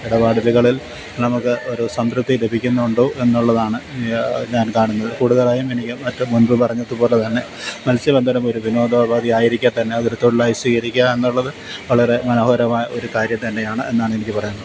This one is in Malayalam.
ഇടപെടലുകളിൽ നമുക്ക് ഒരു സംതൃപ്തി ലഭിക്കുന്നുണ്ടോ എന്നുള്ളതാണ് ഞാൻ കാണുന്നത് കൂടുതലായും എനിക്ക് മറ്റും മുമ്പ് പറഞ്ഞത് പോലെ തന്നെ മത്സ്യബന്ധനം ഒരു വിനോദ ഉപാധി ആയിരിക്കെ തന്നെ അത് ഒരു തൊഴിലായി സ്വീകരിക്കുക എന്നുള്ളത് വളരെ മനോഹരമായ ഒരു കാര്യം തന്നെയാണ് എന്നാണ് എനിക്ക് പറയാനുള്ളത്